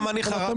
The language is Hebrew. גם אני חרגתי.